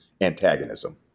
antagonism